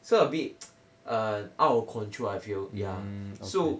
so a bit err out of control I feel ya so